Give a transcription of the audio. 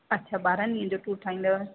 अछा ॿारहनि ॾींहनि जो टूर ठाहींदव